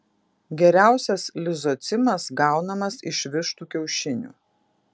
geriausias lizocimas gaunamas iš vištų kiaušinių